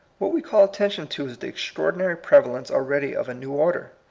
what we call attention to is the extraordinary prevalence already of a new order.